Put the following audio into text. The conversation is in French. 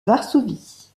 varsovie